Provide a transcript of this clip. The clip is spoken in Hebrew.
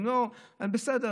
אם לא, בסדר.